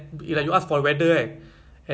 ah offline what do you call it offline data ah